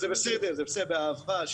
בבקשה.